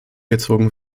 gezogen